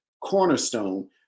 cornerstone